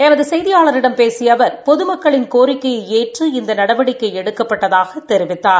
எமது கெய்தியாளிடம் பேசிய அவர் பொதுமக்களின் கோரிக்கையை ஏற்று இந்த நடவடிக்கை எடுக்கப்பட்டதாகத் தெரிவித்தார்